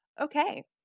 okay